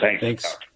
Thanks